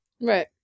right